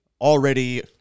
already